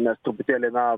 mes truputėlį na